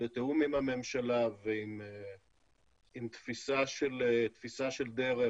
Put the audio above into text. בתיאום עם הממשלה ועם תפיסה של דרך